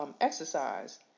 exercise